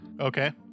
Okay